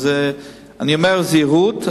אני אומר בזהירות,